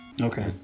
Okay